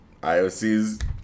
IOCs